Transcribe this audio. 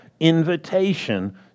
invitation